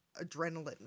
adrenaline